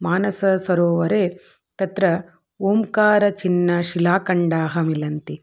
मानससरोवरे तत्र ओङ्कारचिह्नंशिलाखण्डाः मिलन्ति